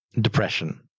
depression